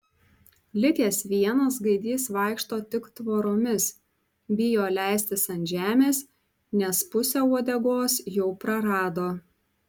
likęs vienas gaidys vaikšto tik tvoromis bijo leistis ant žemės nes pusę uodegos jau prarado